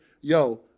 yo